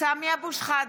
סמי אבו שחאדה,